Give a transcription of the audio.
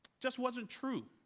just wasn't true,